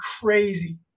crazy